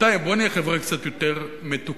בינתיים בואו נהיה חברה קצת יותר מתוקנת.